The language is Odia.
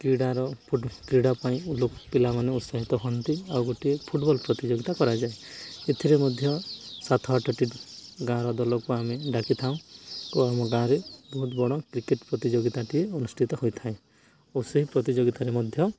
କ୍ରୀଡ଼ାର କ୍ରୀଡ଼ା ପାଇଁ ଲୋକ ପିଲାମାନେ ଉତ୍ସାହିତ ହୁଅନ୍ତି ଆଉ ଗୋଟିଏ ଫୁଟବଲ୍ ପ୍ରତିଯୋଗିତା କରାଯାଏ ଏଥିରେ ମଧ୍ୟ ସାତ ଆଠଟି ଗାଁର ଦଳକୁ ଆମେ ଡାକିଥାଉ ଓ ଆମ ଗାଁରେ ବହୁତ ବଡ଼ କ୍ରିକେଟ୍ ପ୍ରତିଯୋଗିତାଟିଏ ଅନୁଷ୍ଠିତ ହୋଇଥାଏ ଓ ସେହି ପ୍ରତିଯୋଗିତାରେ ମଧ୍ୟ